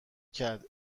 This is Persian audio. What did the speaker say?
کرد